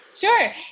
sure